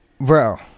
bro